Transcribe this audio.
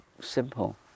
simple